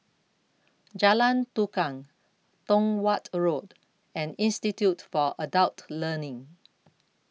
Jalan Tukang Tong Watt Road and Institute For Adult Learning